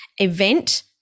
event